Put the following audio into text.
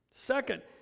Second